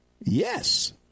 Yes